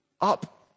up